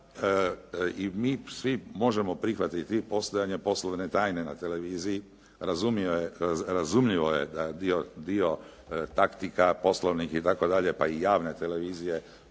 Mi svi možemo prihvatiti postojanje poslovne tajne na televiziji, razumljivo je da dio taktika poslovnik i tako dalje, pa i javne televizije